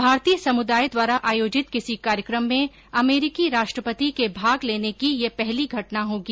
भारतीय समुदाय द्वारा आयोजित किसी कार्यक्रम में अमरीकी राष्ट्रपति के भाग लेने की यह पहली घटना होगी